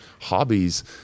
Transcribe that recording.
hobbies